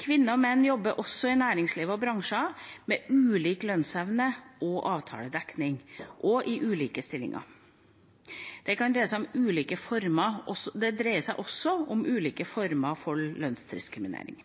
Kvinner og menn jobber også i næringer og bransjer med ulik lønnsevne og avtaledekning, og i ulike stillinger. Det dreier seg også om ulike former